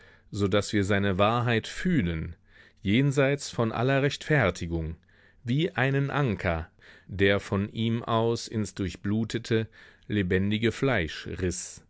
so daß wir seine wahrheit fühlen jenseits von aller rechtfertigung wie einen anker der von ihm aus ins durchblutete lebendige fleisch riß